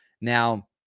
Now